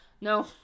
no